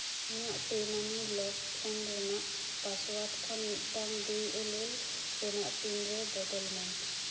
ᱤᱧᱟᱹᱜ ᱯᱮ ᱢᱟᱱᱤ ᱞᱚᱠ ᱯᱷᱳᱱ ᱨᱮᱱᱟᱜ ᱯᱟᱥᱚᱣᱟᱨᱰ ᱠᱷᱚᱱ ᱢᱤᱫᱴᱟᱝ ᱫᱩᱭ ᱮᱞᱮᱞ ᱨᱮᱱᱟᱜ ᱯᱤᱱ ᱨᱮ ᱵᱚᱫᱚᱞ ᱢᱮ